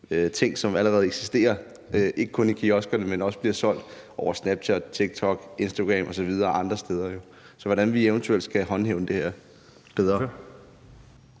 tobaksting, som allerede eksisterer, ikke kun i kioskerne, men som også bliver solgt over Snapchat, TikTok, Instagram og andre steder. Så hvordan skal vi eventuelt håndhæve det her bedre?